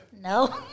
No